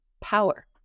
power